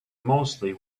mostly